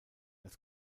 das